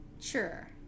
sure